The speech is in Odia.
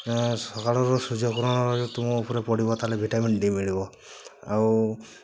ସକାଳର ସୂର୍ଯ୍ୟକିରଣ ରହିବ ତୁମ ଉପରେ ପଡ଼ିବ ତାହାହେଲେ ଭିଟାମିନ୍ ଡ଼ି ମିଳିବ ଆଉ